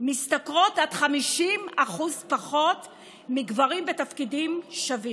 משתכרות עד 50% פחות מגברים בתפקידים שווים.